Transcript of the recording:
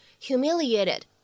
Humiliated